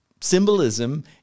symbolism